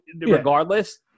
regardless